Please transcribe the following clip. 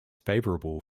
favorable